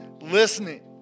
listening